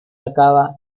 acaba